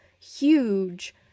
huge